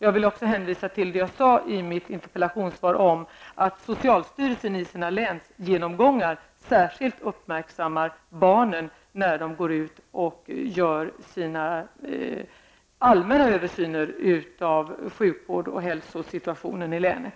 Jag vill också hänvisa till det jag sade i mitt interpellationssvar: att socialstyrelsen i sina länsgenomgångar särskilt uppmärksammar barnen när det görs en allmän översyn av sjukvården och hälsosituationen i länet.